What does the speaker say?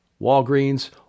Walgreens